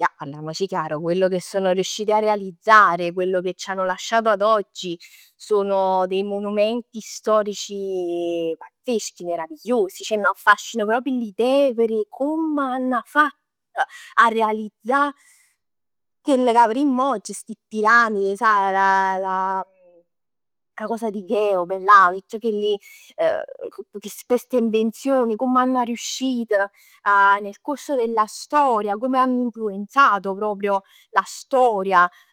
Ja parliamoci chiaro, quello che sono riusciti a realizzare, quello che c'hanno lasciato ad oggi sono dei monumenti storici frechi, meravigliosi, ceh m'affascinano proprio l'idea e verè comm hanno fatt a realizzà chell ca verimm oggi. Sti piramidi, sai la la cosa di Cheope là, tutt chelli, queste invenzioni comm hanno riuscito nel corso della storia, come hanno influenzato proprio la storia